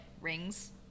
rings